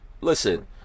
listen